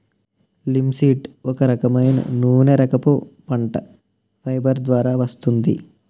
linseed ఒక రకమైన నూనెరకపు పంట, ఫైబర్ ద్వారా వస్తుంది